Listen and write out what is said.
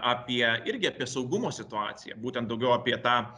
apie irgi apie saugumo situaciją būtent daugiau apie tą